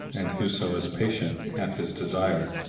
and whoso is patient hath his desire.